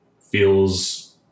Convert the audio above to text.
feels